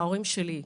ההורים שלי,